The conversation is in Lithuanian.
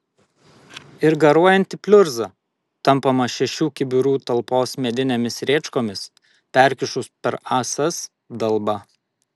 ir garuojanti pliurza tampoma šešių kibirų talpos medinėmis rėčkomis perkišus per ąsas dalbą